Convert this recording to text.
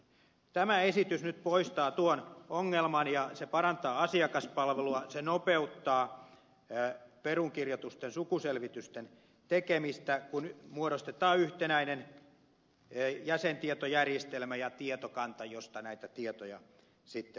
tämä esitys nyt poistaa tuon ongelman ja se parantaa asiakaspalvelua se nopeuttaa perunkirjoitusten sukuselvitysten tekemistä kun muodostetaan yhtenäinen jäsentietojärjestelmä ja tietokanta josta näitä tietoja sitten voi saada